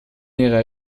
längere